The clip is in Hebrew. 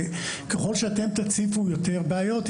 וככל שאתם תציבו יותר בעיות,